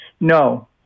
No